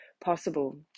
possible